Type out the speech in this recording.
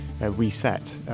reset